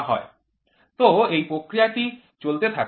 তো এই প্রক্রিয়াটি চলতে থাকে